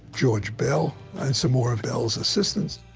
george beall, and some more of beall's assistants